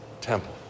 temple